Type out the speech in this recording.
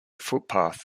footpath